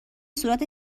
صورت